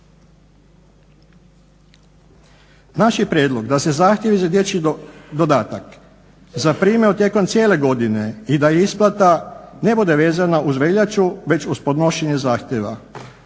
Naš je prijedlog da se zahtjev za dječji dodatak zaprimaju tijekom cijele godine i da isplate ne bude vezana uz veljaču već uz podnošenje zahtjeva.